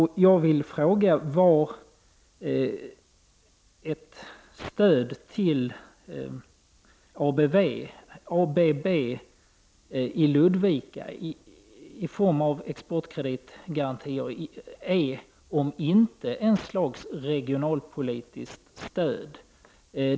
Jag vill fråga vad ett stöd till ABB i Ludvika i form av exportkreditgarantier är om det inte är ett slags regionalpolitiskt stöd.